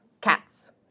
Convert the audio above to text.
cats